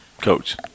Coach